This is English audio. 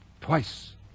twice